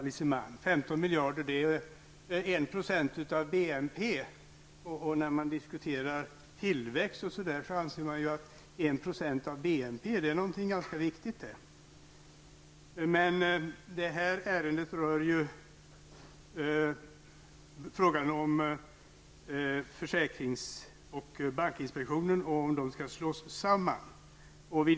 När man diskuterar ekonomisk tillväxt anser man att 1 % av BNP är någonting ganska viktigt. Detta ärende gäller ju frågan huruvida försäkringsinspektionen och bankinspektionen skall slås samman.